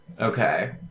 Okay